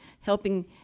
helping